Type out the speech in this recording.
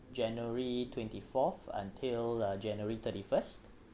january twenty-fourth until uh january thirty-first